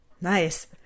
Nice